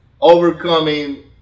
overcoming